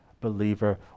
believer